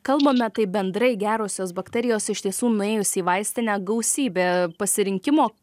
kalbame tai bendrai gerosios bakterijos iš tiesų nuėjus į vaistinę gausybė pasirinkimo